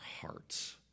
hearts